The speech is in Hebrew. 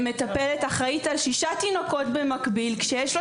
מטפלת אחראית על שישה תינוקות במקביל כשיש לה